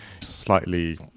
slightly